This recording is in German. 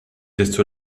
desto